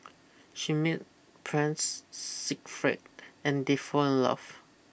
she meet Prince Siegfried and they fall in love